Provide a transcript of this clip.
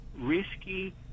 risky